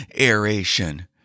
aeration